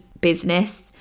business